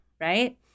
right